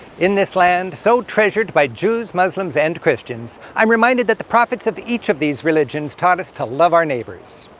in this land, so treasured by jews, muslims, and christians, i'm reminded that the prophets of each of these religions taught us to love our neighbors.